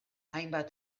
hainbat